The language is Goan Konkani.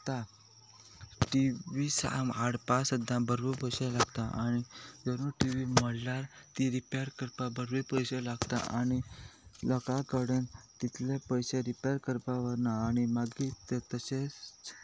टी वी हाडपा सुद्दां बरे पयशे लागता आनी जरूय टी वी म्हणल्यार ती रिपेर करपाक बरे पयशे लागता आनी लोकां कडेन तितले पयशे रिपेर करपाक व्हरना आनी मागीर ते